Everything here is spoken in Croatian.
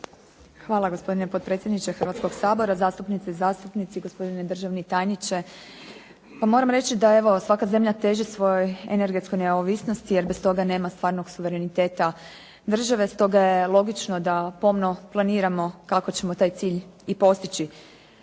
Hvala gospodine potpredsjedniče Hrvatskog sabora, zastupnice i zastupnici, gospodine državni tajniče. Pa moram reći da evo svaka zemlja teži svojoj energetskoj neovisnosti jer bez toga nema stvarnog suvereniteta države. Stoga je logično da pomno planiramo kako ćemo taj cilj i postići.